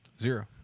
Zero